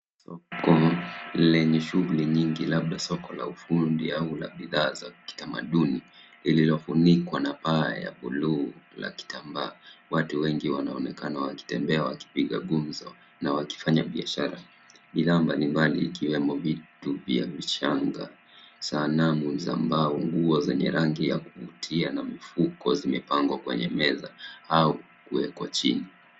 Soko lenye shughuli nyingi labda soko la ufundi au la bidhaa za kitamaduni lililofunikwa na paa ya bluu la kitambaa. Watu wengi wanaonekana wakitembea wakipiga gumzo na wakifanya biashara. Bidhaa mbalimbali ikiwemo vitu vya shanga, sanaa za mbao, nguo zenye rangi ya kuvutia na mifuko zimepangwa kwenye meza au kuwekwa chini.